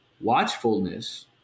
Watchfulness